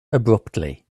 abruptly